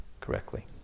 correctly